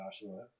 Joshua